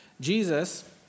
jesus